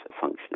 function